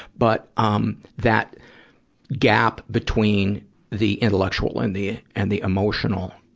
but, um, that gap between the intellectual and the, and the emotional.